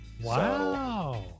Wow